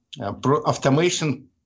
automation